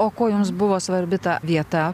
o kuo jums buvo svarbi ta vieta